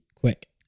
quick